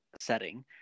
setting